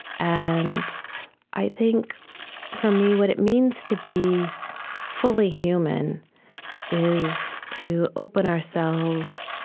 and i think for me what it means to be fully human is to open ourselves